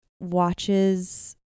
watches